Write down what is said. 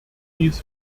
dies